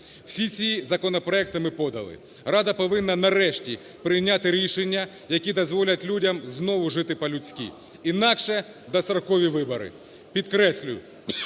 Всі ці законопроекти ми подали. Рада повинна нарешті прийняти рішення, які дозволять людям знову жити по-людськи, інакше – дострокові вибори. Підкреслю,